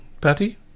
Patty